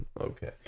Okay